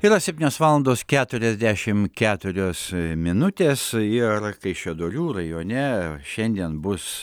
yra septynios valandos keturiasdešim keturios minutės ir kaišiadorių rajone šiandien bus